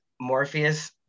Morpheus